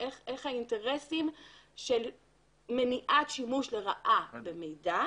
איך האינטרסים של מניעת שימוש לרעה במידע,